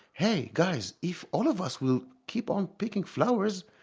hey guys! if all of us will keep on picking flowers,